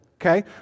okay